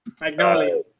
Magnolia